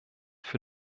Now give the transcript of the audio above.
für